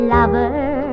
Lover